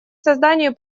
созданию